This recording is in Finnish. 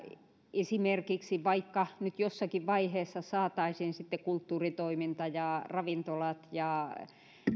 esimerkiksi vaikka nyt jossakin vaiheessa saataisiin sitten kulttuuritoiminta ja ravintolat ja